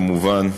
כמובן,